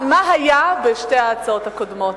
מה שהיה בשתי ההצעות הקודמות.